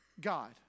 God